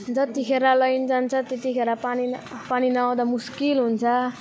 जत्तिखेर line जान्छ त्यतिखेर पानी न पानी नआउँदा मुस्किल हुन्छ